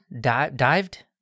dived